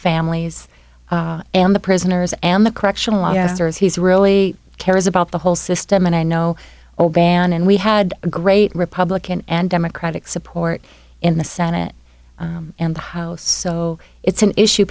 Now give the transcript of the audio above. families and the prisoners and the correctional officers he's really cares about the whole system and i know oban and we had a great republican and democratic support in the senate and the house so it's an issue